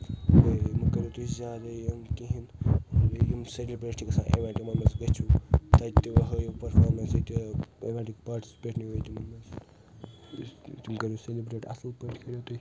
بیٚیہِ مہٕ کٔرِو تُہۍ زیادٕ یِم کہیٖنۍ بیٚیہِ یِم سیٚلِبرٛیٹ چھِ گژھان اویٚنٛٹ یِمن منٛز گژھِو تتہِ تہِ ٲں ہٲیو پٔرفارمیٚنٕس ییٚتہِ تہِ ہٲیو تِمن منٛز تِم کٔرِو سیٚلِبرٛیٹ اصٕل پٲٹھۍ کٔرِو تُہۍ